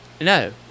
no